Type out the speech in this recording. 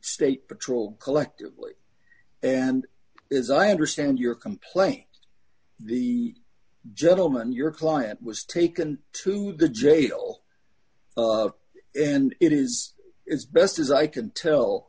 state patrol collectively and as i understand your complaint the gentleman your client was taken to the jail and it is it's best as i can tell